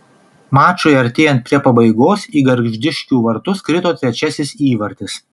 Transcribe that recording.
mačui artėjant prie pabaigos į gargždiškių vartus krito trečiasis įvartis